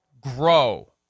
grow